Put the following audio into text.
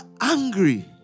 angry